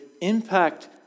impact